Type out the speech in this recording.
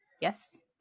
yes